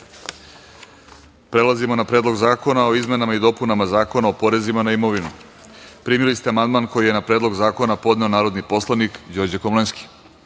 reda – Predlog zakona o izmenama i dopunama Zakona o porezima na imovinu. Primili ste amandman koji je na Predlog zakona podneo narodni poslanik Đorđe Komlenski. Primili